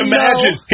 Imagine